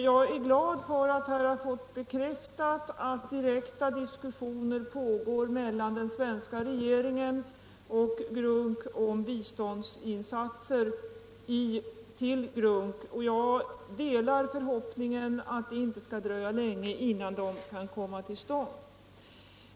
Jag är glad över att jag här har fått bekräftat att direkta diskussioner pågår mellan den svenska regeringen och GRUNC om biståndsinsatser till GRUNC, och jag delar förhoppningen att det inte skall dröja länge innan de kan komma till stånd.